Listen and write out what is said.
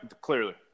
clearly